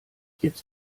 jetzt